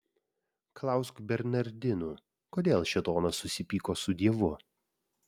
klausk bernardinų kodėl šėtonas susipyko su dievu